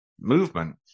movement